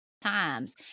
times